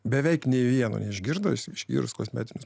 beveik nei vieno neišgirdo